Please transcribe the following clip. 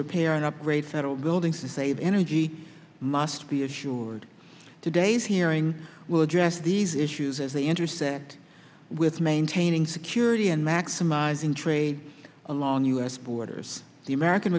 repair and upgrade federal golding's to save energy must be assured today's hearing will address these issues as they intersect with maintaining security and maximizing trade along u s borders the american